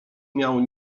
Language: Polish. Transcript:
miał